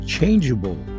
changeable